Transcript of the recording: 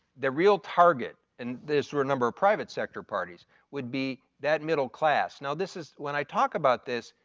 the real target and this were a number of private sector parties, would be that middle class. now, this is when i talk about this,